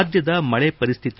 ರಾಜ್ಯದ ಮಳೆ ಪರಿಸ್ಥಿತಿ